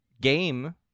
game